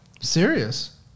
Serious